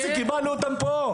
קיבלנו אותם פה.